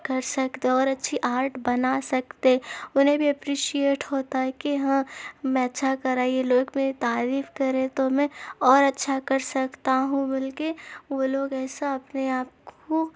کر سکتے اور اچھی آرٹ بنا سکتے انہیں بھی اپریشیئٹ ہوتا ہے کہ ہاں میں اچھا کرا یہ لوگ میری تعریف کریں تو میں اور اچھا کر سکتا ہوں بول کے وہ لوگ ایسا اپنے آپ کو